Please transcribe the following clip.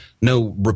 no –